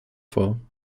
vor